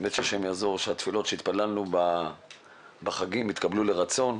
באמת שהשם יעזור ושהתפילות שהתפללנו בחגים יתקבלו לרצון,